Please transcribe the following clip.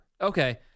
okay